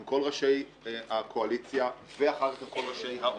עם כל ראשי הקואליציה ואחר כך גם עם כל ראשי האופוזיציה,